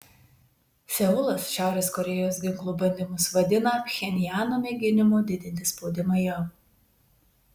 seulas šiaurės korėjos ginklų bandymus vadina pchenjano mėginimu didinti spaudimą jav